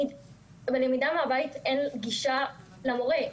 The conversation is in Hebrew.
בלמידה מהבית אין גישה למורה.